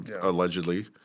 allegedly